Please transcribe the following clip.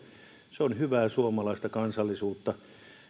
se on hyvää suomalaista kansalaisuutta